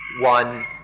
one